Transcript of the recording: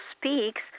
speaks